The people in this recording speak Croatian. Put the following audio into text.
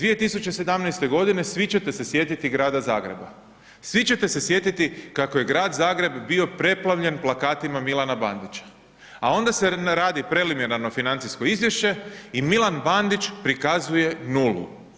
2017.g. svi ćete se sjetiti Grada Zagreba, svi ćete se sjetiti kako je Grad Zagreb bio preplavljen plakatima Milana Bandića, a onda se radi preliminarno financijsko izvješće i Milan Bandić prikazuje nulu.